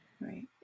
Right